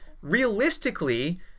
Realistically